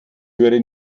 höre